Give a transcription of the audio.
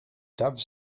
doves